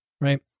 Right